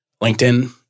LinkedIn